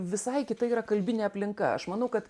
visai kita yra kalbinė aplinka aš manau kad